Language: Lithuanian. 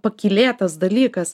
pakylėtas dalykas